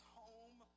home